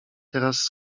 teraz